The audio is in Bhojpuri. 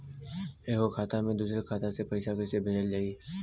एगो खाता से दूसरा खाता मे पैसा कइसे भेजल जाई?